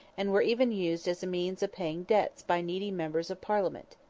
and were even used as a means of paying debts by needy members of parliament.